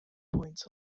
points